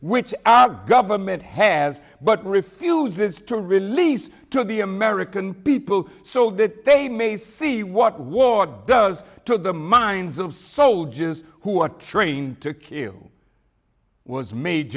which our government has but refuses to release to the american people so that they may see what war does to the minds of soldiers who are trained to q was made